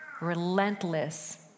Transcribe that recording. relentless